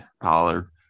Pollard